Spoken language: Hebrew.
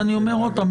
אז אני אומר עוד פעם.